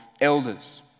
elders